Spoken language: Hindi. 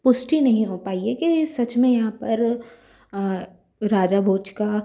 पुष्टि नहीं हो पाई है कि सच में यहाँ पर राजा भोज का